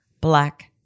Black